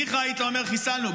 ניחא אם היית אומר: חיסלנו.